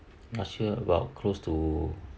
not sure about close to